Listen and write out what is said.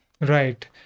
right